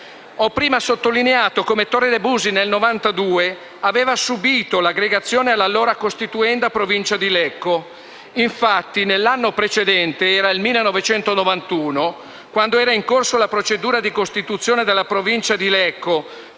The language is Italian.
in precedenza sottolineato come Torre de' Busi, nel 1992, aveva subìto l'aggregazione all'allora costituenda Provincia di Lecco. Infatti nell'anno precedente - il 1991 - quando era in corso la procedura di costituzione della Provincia di Lecco,